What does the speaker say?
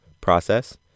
process